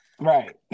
Right